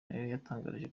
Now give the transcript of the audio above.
yatangiye